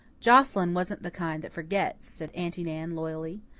joscelyn wasn't the kind that forgets, said aunty nan loyally.